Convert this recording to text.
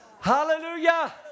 Hallelujah